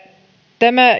tämä